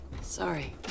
Sorry